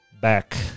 Back